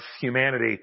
humanity